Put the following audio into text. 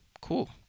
Cool